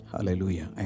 Hallelujah